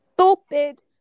stupid